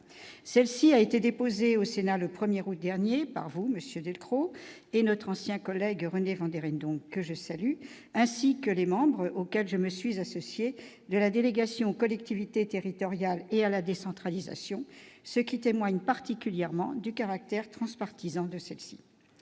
celle-ci a été déposé au Sénat le 1er rôle dernier par vous, Monsieur, velcro et notre ancien collègue René donc je salue ainsi que les membres auxquels je me suis associé de la délégation aux collectivités territoriales et à la décentralisation, ce qui témoigne particulièrement du caractère transpartisan de celle-ci,